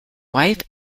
wife